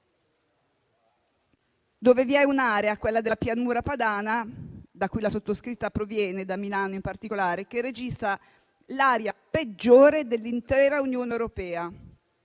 Vi è un'area - quella della Pianura padana, da cui la sottoscritta proviene, vivendo a Milano in particolare - che registra l'aria peggiore dell'intera Unione europea.